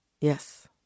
Yes